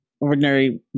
ordinary